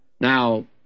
Now